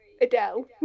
Adele